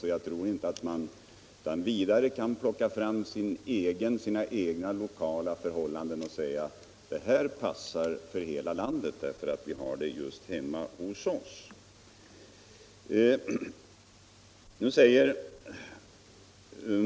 Jag tror därför inte att man utan vidare kan plocka fram sina egna lokala förhållanden och säga att ”det här passar för hela landet, för det har vi hemma hos oss”.